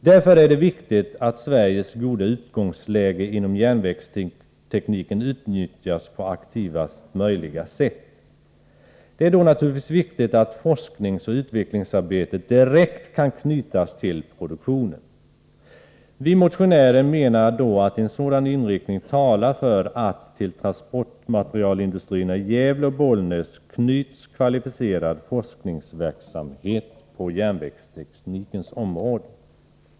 Därför är det viktigt att Sveriges goda utgångsläge inom järnvägstekniken utnyttjas på aktivaste möjliga sätt. Det är då naturligtvis viktigt att forskningsoch utvecklingsarbetet direkt kan knytas till produktionen. Vi motionärer menar att en sådan inriktning talar för att till transportmaterialindustrierna i Gävle och Bollnäs knyts kvalificerad forskningsverksamhet på järnvägsteknikens område.